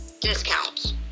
discounts